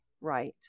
Right